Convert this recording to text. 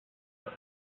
her